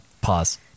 pause